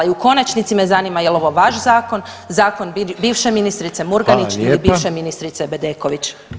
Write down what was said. I u konačnici me zanima jel ovo vaš zakon, zakon bivše ministrice Murganić [[Upadica Reiner: Hvala lijepa.]] ili bivše ministrice Bedeković.